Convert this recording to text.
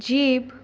jeep